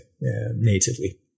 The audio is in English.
natively